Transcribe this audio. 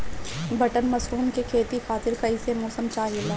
Button mushroom के खेती खातिर कईसे मौसम चाहिला?